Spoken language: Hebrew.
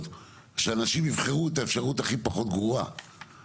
שאנשים יבחרו את האפשרות הכי פחות גרועה.